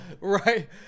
Right